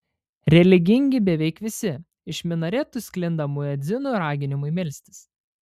religingi beveik visi iš minaretų sklinda muedzinų raginimai melstis